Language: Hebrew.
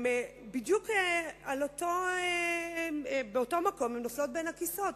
בדיוק באותו מקום הן נופלות בין הכיסאות,